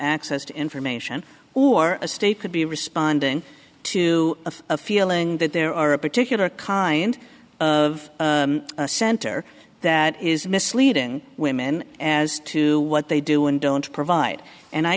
access to information or a state could be responding to a feeling that there are a particular kind of center that is misleading women as to what they do and don't provide and i